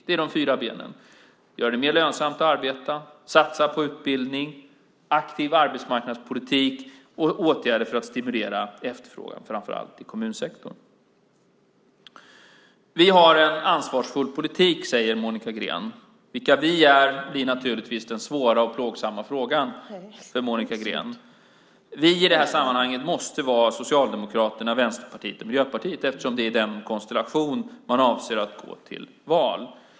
Det är de fyra benen - att göra det mer lönsamt att arbeta, att satsa på utbildning, att föra en aktiv arbetsmarknadspolitik och att vidta åtgärder för att stimulera efterfrågan framför allt i kommunsektorn. Vi har en ansvarsfull politik, säger Monica Green. Vilka "vi" är blir naturligtvis den svåra och plågsamma frågan för Monica Green. I det här sammanhanget måste det vara Socialdemokraterna, Vänsterpartiet och Miljöpartiet, eftersom det är i den konstellationen man avser att gå till val.